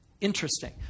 Interesting